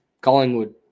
Collingwood